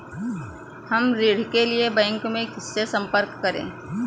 हम ऋण के लिए बैंक में किससे संपर्क कर सकते हैं?